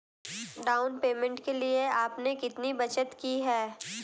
Down payment के लिए आपने कितनी बचत की है?